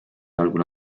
algul